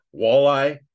walleye